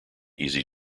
easy